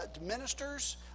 ministers